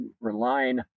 relying